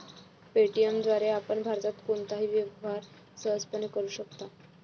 Paytm द्वारे आपण भारतात कोणताही व्यवहार सहजपणे करू शकता